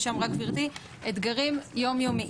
ומגיעה מתוך תיקים שמגיעים אלינו,